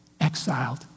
exiled